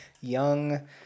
young